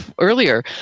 earlier